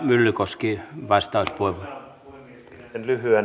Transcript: pidän sen lyhyenä